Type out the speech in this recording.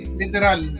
literal